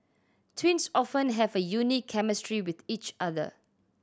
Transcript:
twins often have a unique chemistry with each other